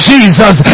Jesus